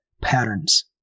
patterns